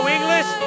English